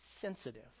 sensitive